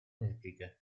repliche